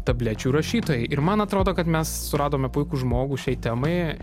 tablečių rašytojai ir man atrodo kad mes suradome puikų žmogų šiai temai